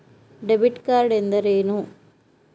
Debit card ಎಂದರೇನು?